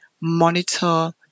monitor